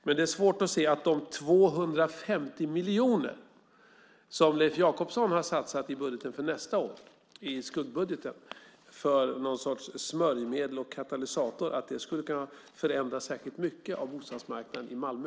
Det är dock svårt att se att de 250 miljoner som Leif Jakobsson satsat till smörjmedel och katalysator i budgeten för nästa år, i skuggbudgeten, skulle kunna förändra särskilt mycket av bostadsmarknaden i Malmö.